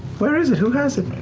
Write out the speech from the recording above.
where is it, who has it?